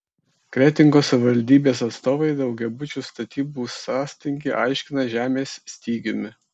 kretingos savivaldybės atstovai daugiabučių statybų sąstingį aiškina žemės stygiumi